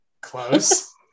Close